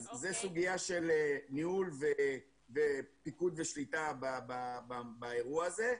אז זו סוגיה של ניהול ופיקוד ושליטה באירוע הזה.